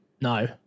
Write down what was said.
No